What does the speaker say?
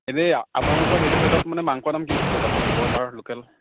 এনেই আপোনালোকৰ সেইটো ছাইদত মানে মাংসৰ দাম কিমান হৈছে তাত মানে বইলাৰ লোকেল